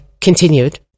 continued